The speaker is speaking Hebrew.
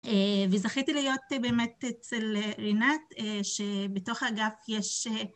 וזכיתי להיות באמת אצל רינת, שבתוך האגף יש...